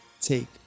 take